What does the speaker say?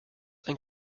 ein